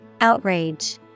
Outrage